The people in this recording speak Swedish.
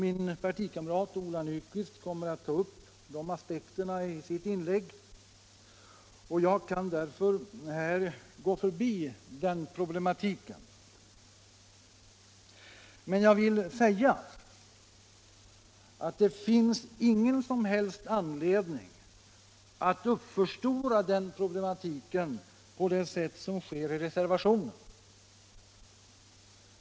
Min partikamrat Ola Nyquist kommer att ta upp de aspekterna i sitt inlägg, och jag kan därför här gå förbi de problemen. Jag vill emellertid framhålla att det inte finns någon som helst anledning att uppförstora dessa problem på det sätt som sker i reservationen.